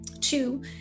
two